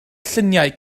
lluniau